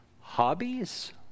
hobbies